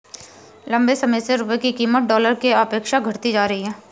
लंबे समय से रुपये की कीमत डॉलर के अपेक्षा घटती जा रही है